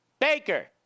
Baker